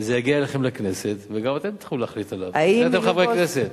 וזה יגיע אליכם לכנסת וגם אתם תצטרכו להחליט עליו כי אתם חברי כנסת.